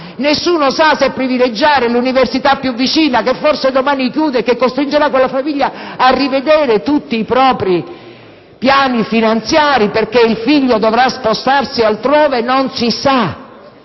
Nessuno sa se privilegiare l'università più vicina, che forse domani chiuderà e che costringerà quella famiglia a rivedere tutti i propri piani finanziari perché il figlio dovrà spostarsi altrove. Non si sa